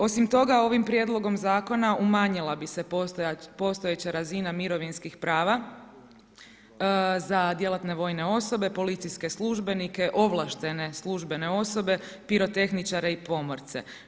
Osim toga, ovim prijedlogom zakona umanjila bi se postojeća razina mirovinskih prava za djelatne vojne osobe, policijske službenike, ovlaštene službene osobe, pirotehničare i pomorce.